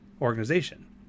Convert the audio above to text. organization